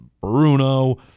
Bruno